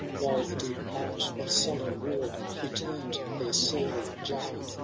while the deep arch with sullen roar returned their surly jar.